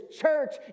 church